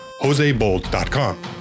josebold.com